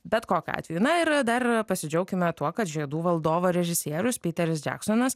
bet kokiu atveju na ir dar pasidžiaukime tuo kad žiedų valdovo režisierius piteris džeksonas